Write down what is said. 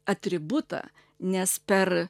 atributą nes per